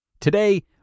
Today